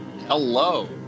Hello